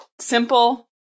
Simple